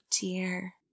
dear